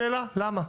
השאלה היא: למה?